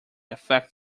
affect